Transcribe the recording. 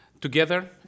together